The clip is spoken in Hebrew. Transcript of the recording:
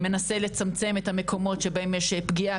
ארגון קולך מנסה לצמצם את המקומות שבהם יש פגיעה,